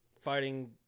fighting